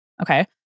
Okay